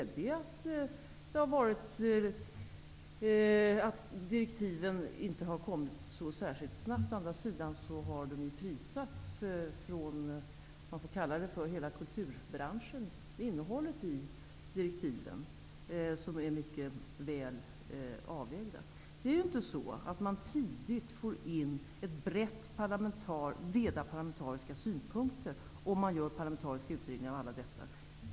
Jag kan medge att direktiven inte kommit så särskilt snabbt, men å andra sidan har de prisats från hela kulturbranschen. Innehållet i direktiven är mycket väl avvägt. Det är inte så att man tidigt får in breda parlamentariska synpunkter, om man genomför parlamentariska utredningar av allt detta.